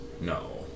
No